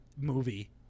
movie